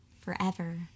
forever